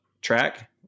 track